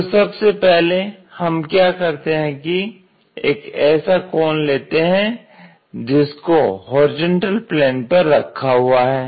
तो सबसे पहले हम क्या करते हैं कि एक ऐसा कॉन लेते हैं जिसको होरिजेंटल प्लेन पर रखा हुआ है